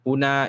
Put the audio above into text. Una